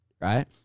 right